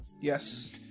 Yes